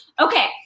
Okay